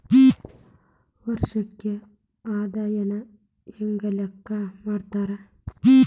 ವಾರ್ಷಿಕ ಆದಾಯನ ಹೆಂಗ ಲೆಕ್ಕಾ ಮಾಡ್ತಾರಾ?